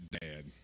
Dad